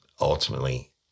ultimately